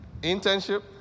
internship